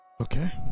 Okay